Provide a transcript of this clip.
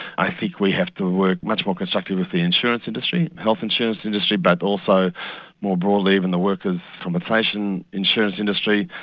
i think we have to work much more constructively with the insurance industry, the health insurance industry but also more broadly even the workers compensation insurance industry,